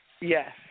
Yes